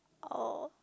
oh